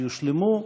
שיושלמו,